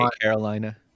Carolina